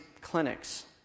clinics